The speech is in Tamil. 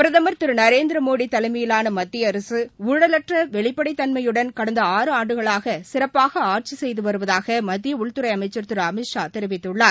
பிரதமர் திரு நரேந்திரமோடி தலைமையிலான மத்திய அரசு ஊழலற்ற வெளிப்படைத் தன்மையுடன் கடந்த ஆறு ஆண்டுகளாக சிறப்பாக ஆட்சி செய்து வருவதாக மத்திய உள்துறை அமைச்சர் திரு அமித் ஷா தெரிவித்துள்ளார்